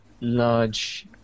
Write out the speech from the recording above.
large